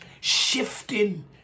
Shifting